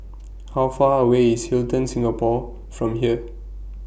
How Far away IS Hilton Singapore from here